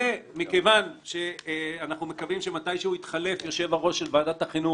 ומכיוון שאנחנו מקווים שמתישהו יתחלף היושב-ראש של ועדת החינוך,